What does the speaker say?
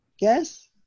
Yes